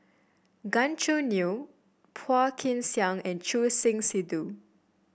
Gan Choo Neo Phua Kin Siang and Choor Singh Sidhu